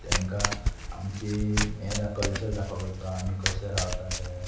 तांकां आमची हें कल्चर दाखोवपाचो आमी कशें रावता तें